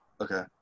Okay